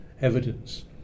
evidence